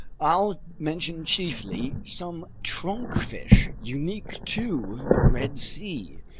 i'll mention chiefly some trunkfish unique to the red sea,